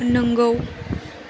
नोंगौ